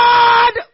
God